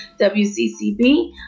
WCCB